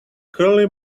curly